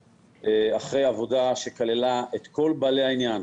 אחרי עבודה שכללה את כל בעלי העניין,